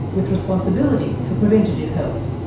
with responsibility for preventative health.